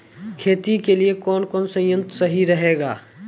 खेती के लिए कौन कौन संयंत्र सही रहेगा?